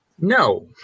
No